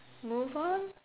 move on